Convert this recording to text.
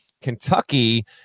Kentucky